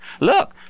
look